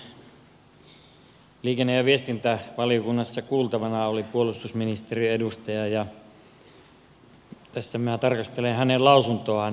liikenne ja viestintävaliokunnassa kuultavana oli puolustusministeriön edustaja ja tässä minä tarkastelen hänen lausuntoaan